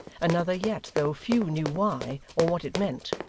another yet, though few knew why, or what it meant.